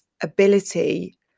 ability